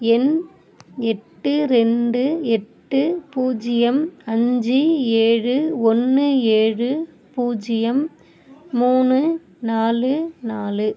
எண் எட்டு ரெண்டு எட்டு பூஜ்ஜியம் அஞ்சு ஏழு ஒன்று ஏழு பூஜ்ஜியம் மூணு நாலு நாலு